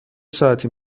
ساعتی